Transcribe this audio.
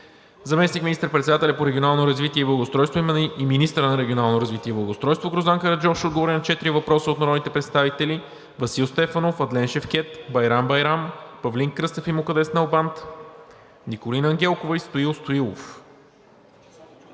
Заместник министър-председателят по регионалното развитие и благоустройството и министър на регионалното развитие и благоустройството Гроздан Караджов ще отговори на четири въпроса от народните представители Васил Стефанов; Адлен Шевкед, Байрам Байрам, Павлин Кръстев и Мукаддес Налбант; Николина Ангелкова; и Стоил Стоилов.